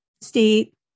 state